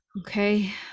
Okay